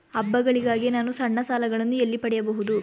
ಹಬ್ಬಗಳಿಗಾಗಿ ನಾನು ಸಣ್ಣ ಸಾಲಗಳನ್ನು ಎಲ್ಲಿ ಪಡೆಯಬಹುದು?